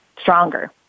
stronger